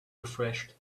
refreshed